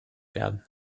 werden